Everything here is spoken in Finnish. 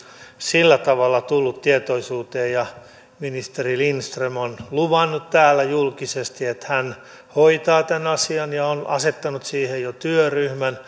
sillä tavalla tullut tietoisuuteen ja ministeri lindström on luvannut täällä julkisesti että hän hoitaa tämän asian ja on asettanut siihen jo työryhmän